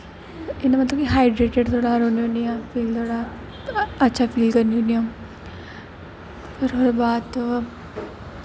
इ'यां मतलब कि हाइड्रेटेड रौह्नी होनी आं थोह्ड़ा अच्छा फील करनी होनी आं होर ओह्दे बाद